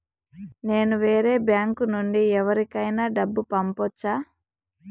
నేను వేరే బ్యాంకు నుండి ఎవరికైనా డబ్బు పంపొచ్చా?